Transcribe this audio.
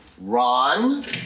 Ron